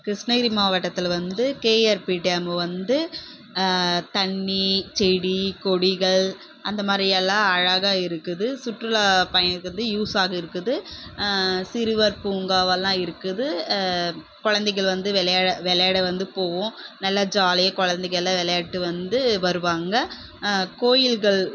கிருஷ்ணகிரி மாவட்டத்தில் வந்து KRP dam வந்து தண்ணி செடி கொடிகள் அந்த மாதிரி எல்லாம் அழகாக இருக்குது சுற்றுலா பயணிக்கு வந்து யூஸ்ஸாக இருக்குது சிறுவர் பூங்காவெல்லாம் இருக்குது கொழந்தைகள் வந்து விளையாட வந்து போவோம் நல்லா ஜாலியாக கொழந்தைங்கல்லாம் விளையாடிகிட்டு வந்து வருவாங்க கோயில்கள்